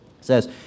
says